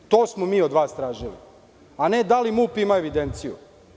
To smo mi od vas tražili, a ne da li MUP ima evidenciju.